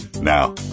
Now